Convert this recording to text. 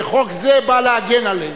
שחוק זה בא להגן עליהם?